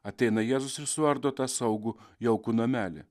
ateina jėzus ir suardo tą saugų jaukų namelį